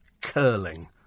curling